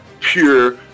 pure